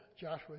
Joshua